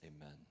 Amen